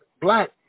black